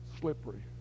slippery